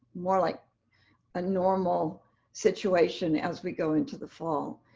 more like a normal situation as we go into the fall.